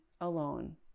alone